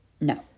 No